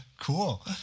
Cool